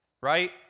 right